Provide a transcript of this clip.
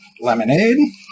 lemonade